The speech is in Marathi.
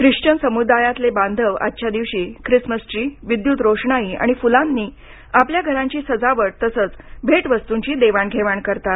ख्रिश्वन समुदायातले बाधव आजच्या दिवशी ख्रिसमस ट्री विद्युत रोषणाई आणि फुलांनी आपल्या घरांची सजावट तसेच भेटवस्तूंची देवाणघेवाण करतात